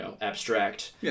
abstract